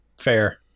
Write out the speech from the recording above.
Fair